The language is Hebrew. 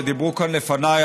ודיברו כאן לפניי,